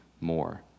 more